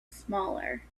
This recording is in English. smaller